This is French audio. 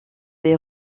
des